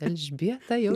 elžbieta jau